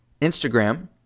Instagram